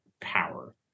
power